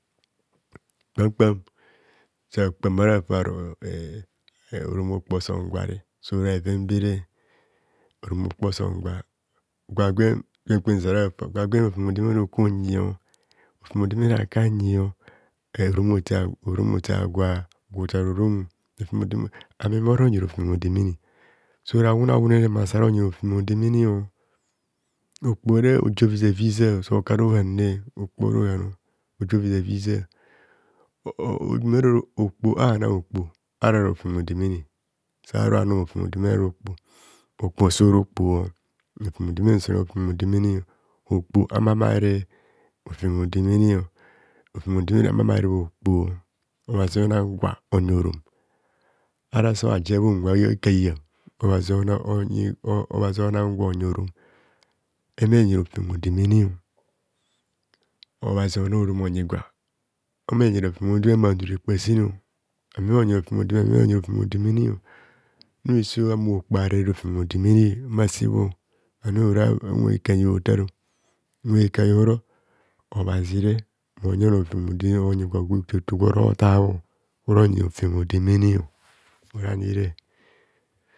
Kpam kpam sakpa mmarafaro eh eh orom okpa oson gware so ra bheven bere orom okpa osong gwa, gwa gwem kwem kwen kwen sarafa gwa gwen rofem hodemene uku unyi rofem odemene a ka anyi gwa ota orom rofem ode ame moronyi rofem odemene so ra awoone awoone masara onyi rofem odemene okpore oji ovizaviza so ku ara oyane okpo ora ohan oji oviza viza ijumene anna okpo ara rofem odemene saraoma rofem odemene ara okpoho okpo sora okpo rofem odemene so ra rofem odemene okpo ama humo aveb rofem odemene, rofem odemene ama humo are okpo obhazi ona gwa onyi orom ara sabha je bha unwe ekahaiyan obhazi oo onan gwa onyi orom mneenyi rofem odemene mma bhaku rekpasen amem enyi rofem odeme ne amem enyi rofem odemene nobise ahumo okpo mnare rofem odemene mma sebho anuora ika enyen hotar unwe eka iyan oro obhazire monyi onor rofem odemene onyi gwa gworonyi rofem odemene